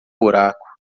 buraco